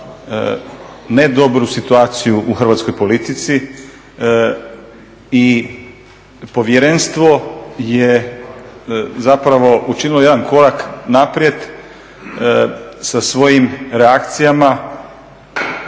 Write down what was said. ne dobru situaciju u hrvatskoj politici. I Povjerenstvo je zapravo učinilo jedan korak naprijed sa svojim reakcijama,